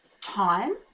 time